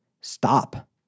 stop